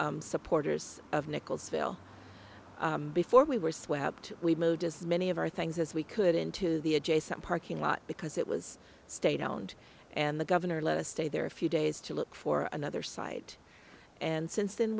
supporters of nichols phil before we were swept we mowed as many of our things as we could into the adjacent parking lot because it was state owned and the governor let us stay there a few days to look for another site and since then